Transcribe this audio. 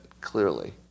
clearly